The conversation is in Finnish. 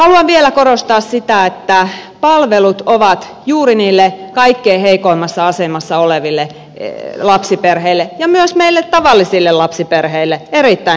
haluan vielä korostaa sitä että palvelut ovat juuri niille kaikkein heikoimmassa asemassa oleville lapsiperheille ja myös meille tavallisille lapsiperheille erittäin tärkeitä